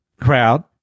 crowd